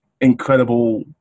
incredible